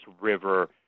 river